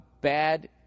bad